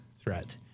threat